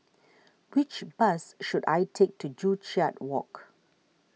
which bus should I take to Joo Chiat Walk